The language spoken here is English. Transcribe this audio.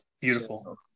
Beautiful